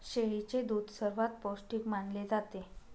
शेळीचे दूध सर्वात पौष्टिक मानले जाते